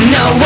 no